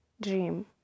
dream